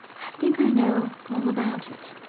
i think i know all about it.